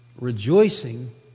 rejoicing